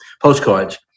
postcards